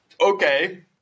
Okay